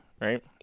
right